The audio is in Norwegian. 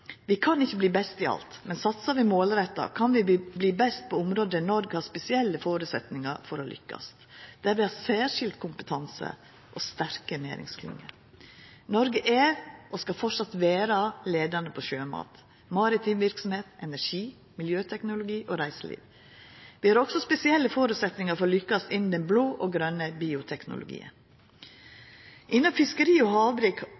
Vi kan ikkje verta best i alt, men satsar vi målretta, kan vi verta best på område der Noreg har spesielle føresetnader for å lykkast, der vi har særskild kompetanse og sterke næringsklyngjer. Noreg er og skal framleis vera leiande innan sjømat, maritim verksemd, energi, miljøteknologi og reiseliv. Vi har også spesielle føresetnader for å lykkast innan den blå og den grøne bioteknologien. Innan fiskeri og